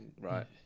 Right